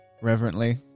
reverently